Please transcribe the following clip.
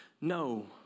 no